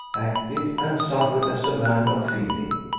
acted, and suffered as a man of feeling.